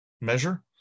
measure